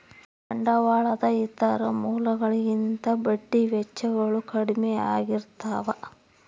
ಬಂಡವಾಳದ ಇತರ ಮೂಲಗಳಿಗಿಂತ ಬಡ್ಡಿ ವೆಚ್ಚಗಳು ಕಡ್ಮೆ ಆಗಿರ್ತವ